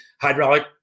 hydraulic